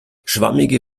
schwammige